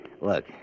Look